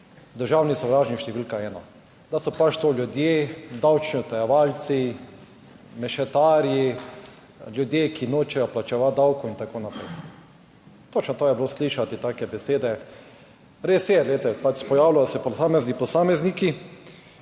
državni sovražnik številka ena, da so to ljudje, davčni utajevalci, mešetarji, ljudje, ki nočejo plačevati davkov in tako naprej. Točno to je bilo slišati, take besede. Res je, glejte, pač pojavljajo se posamezni posamezniki,